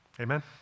Amen